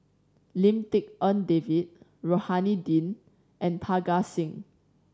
Lim Tik En David Rohani Din and Parga Singh